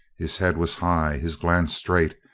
his head was high, his glance straight,